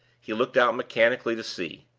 he looked out mechanically to sea.